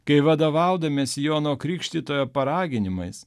kai vadovaudamiesi jono krikštytojo paraginimais